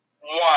one